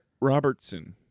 Robertson